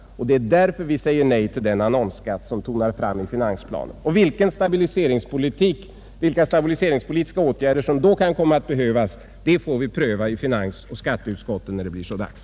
Det är därför vi säger nej till den annonsskatt som tonat fram i finansplanen. Vilka stabiliseringspolitiska åtgärder som måste komma att beslutas får vi beröra i finansoch skatteutskotten när det blir så dags.